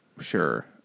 Sure